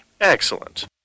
Excellent